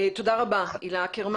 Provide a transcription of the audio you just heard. תודה רבה, הילה אקרמן.